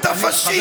אתה פשיסט.